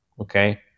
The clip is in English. Okay